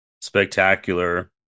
spectacular